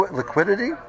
liquidity